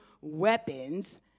weapons